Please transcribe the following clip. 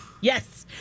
Yes